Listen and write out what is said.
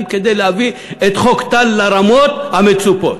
כדי להביא את חוק טל לרמות המצופות.